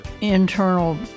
internal